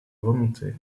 volonté